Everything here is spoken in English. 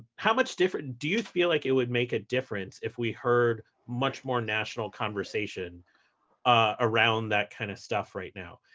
how much different do you feel like it would make a difference if we heard much more national conversation ah around that kind of stuff right now?